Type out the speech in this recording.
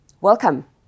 welcome